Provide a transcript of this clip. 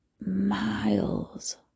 miles